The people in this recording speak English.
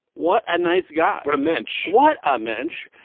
what a nice guy. what a mensch, what a mensch.